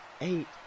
eight